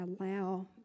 allow